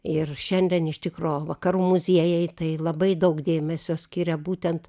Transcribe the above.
ir šiandien iš tikro vakarų muziejai tai labai daug dėmesio skiria būtent